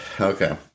Okay